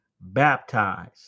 baptized